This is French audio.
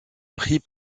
prix